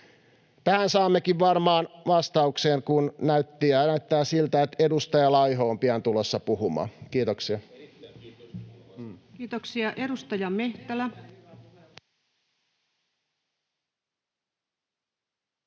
Tähän saammekin varmaan vastauksen, kun näyttää siltä, että edustaja Laiho on pian tulossa puhumaan. — Kiitoksia. [Kimmo Kiljunen: Erittäin